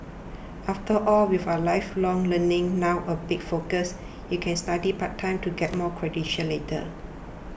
after all with a lifelong learning now a big focus you can study part time to get more credentials later